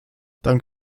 dank